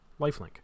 lifelink